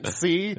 see